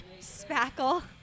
Spackle